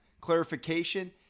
clarification